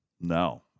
No